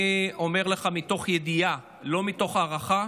אני אומר לך מתוך ידיעה, לא מתוך הערכה,